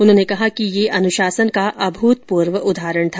उन्होंने कहा कि यह अनुशासन का अभूतपूर्व उदाहरण था